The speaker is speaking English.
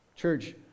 Church